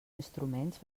instruments